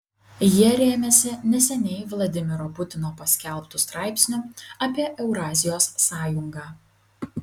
jie rėmėsi neseniai vladimiro putino paskelbtu straipsniu apie eurazijos sąjungą